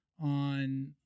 on